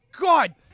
God